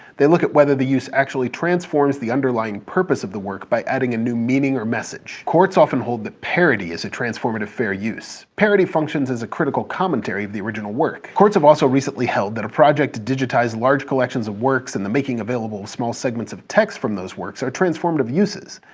they look at whether the use actually transforms the underlying purpose of the work by adding a new meaning or message. courts often hold that parody as a transformative fair use. parody functions as a critical commentary of the original work. courts have also recently held that a project to digitize large collections of works and the making available of small segments of texts from those works are transformative uses.